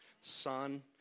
son